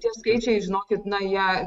tie skaičiai žinokit na jie